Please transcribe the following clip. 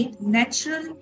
natural